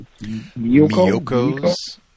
Miyoko's